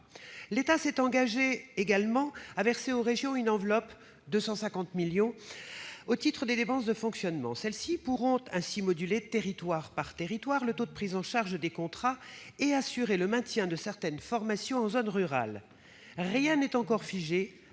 L'État s'est aussi engagé à verser aux régions une enveloppe de 250 millions d'euros, au titre des dépenses de fonctionnement. Celles-ci pourront ainsi moduler territoire par territoire le taux de prise en charge des contrats et assurer le maintien de certaines formations en zone rurale. Rien n'est encore figé,